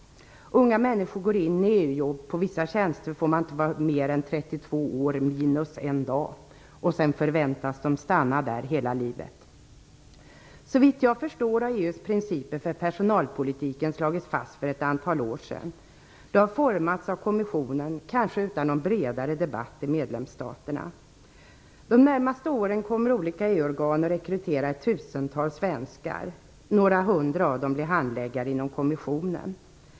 Unga människor går in i EU-jobb - på vissa tjänster får man inte vara mer än 32 år minus en dag - och förväntas stanna där hela livet. Såvitt jag förstår har EU:s principer för personalpolitiken slagits fast för ett antal år sedan. De har formats av kommissionen, kanske utan någon bredare debatt i medlemsstaterna. De närmaste åren kommer olika EU-organ att rekrytera ett tusental svenskar. Några hundra av dem blir handläggare inom kommissionen.